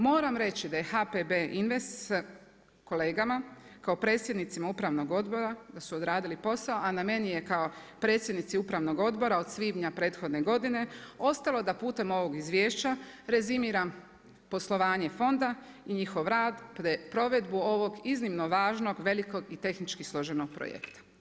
Moram reći da HPB Invest s kolegama kao predsjednicima upravnog odbora, da su odradili posao, a na meni je kao predsjednici upravnog odbora od svibnja prethodne godine ostalo da putem ovog izvješća rezimiram poslovanje fonda i njihov rad kada je provedbu ovog iznimno važnog, velikog i tehničko složenog projekta.